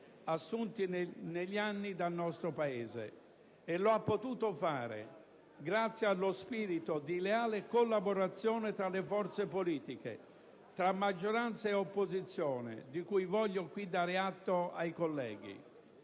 assunti negli anni dal nostro Paese. Ciò è stato possibile grazie allo spirito di leale collaborazione tra le forze politiche, tra maggioranza ed opposizione, di cui voglio qui dare atto ai colleghi.